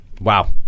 Wow